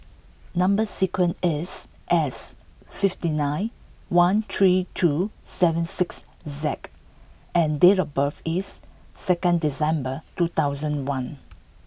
number sequence is S fifty nine one three two seven six Z and date of birth is second December two thousand one